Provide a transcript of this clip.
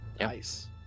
Nice